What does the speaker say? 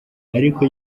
ariko